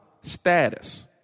status